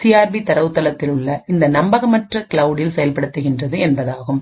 CRP தரவுத்தளத்தில் உள்ளஇந்த நம்பகமற்ற கிளவுடில் செயல்படுத்துகின்றது என்பதாகும்